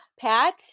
Pat